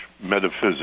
metaphysics